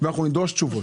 ונדרוש תשובות.